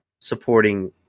supporting